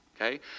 Okay